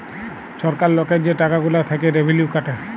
ছরকার লকের যে টাকা গুলা থ্যাইকে রেভিলিউ কাটে